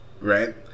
right